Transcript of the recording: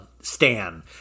stan